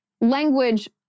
language